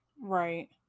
Right